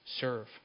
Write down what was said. serve